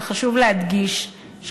וחשוב להדגיש זאת,